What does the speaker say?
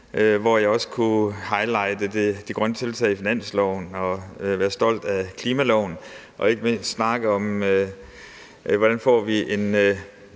hvor jeg også kunne highlighte de grønne tiltag i finansloven og være stolt af klimaloven og ikke mindst snakke om, hvordan vi får en